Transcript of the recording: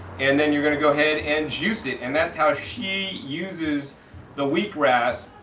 and then you're going to go ahead and juice it. and that's how she uses the wheatgrass.